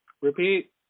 Repeat